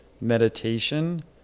meditation